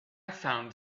found